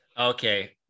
okay